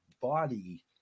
body